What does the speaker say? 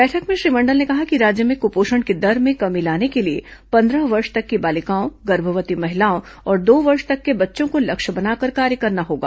बैठक में श्री मंडल ने कहा कि राज्य में कुपोषण की दर में कमी लाने के लिए पंद्रह वर्ष तक की बालिकाओं गर्भवती महिलाओं और दो वर्ष तक के बच्चों को लक्ष्य बनाकर कार्य करना होगा